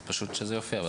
אז פשוט שזה יופיע.